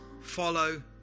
follow